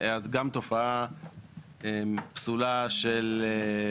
גם תופעה פסולה של,